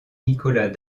nicolas